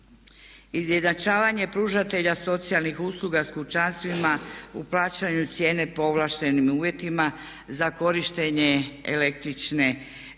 Izjednačavanje pružatelja socijalnih usluga s kućanstvima u plaćanju cijene povlaštenih uvjetima za korištenje električne energije,